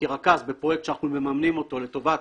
כרכז בפרויקט שאנחנו מממנים לטובת